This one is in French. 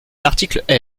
l’article